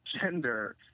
gender